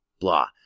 blah